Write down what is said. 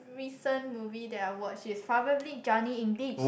recent movie that I watched is probably Johnny-English